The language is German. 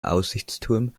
aussichtsturm